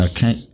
Okay